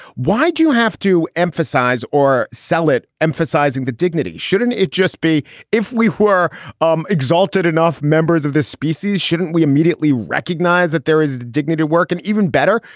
why do you have to emphasize or sell it, emphasizing the dignity? shouldn't it just be if we were um exalted enough members of this species, shouldn't we immediately recognize that there is dignity, work, and even better,